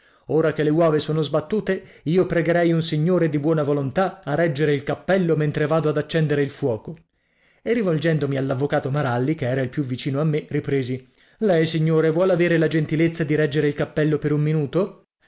ora che le uova sono sbattute io pregherei un signore di buona volontà a reggere il cappello mentre vado ad accendere il fuoco e rivolgendomi all'avvocato maralli che era il più vicino a me ripresi lei signore vuol avere la gentilezza di reggere il cappello per un minuto